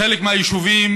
בחלק מהיישובים